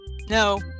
No